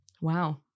Wow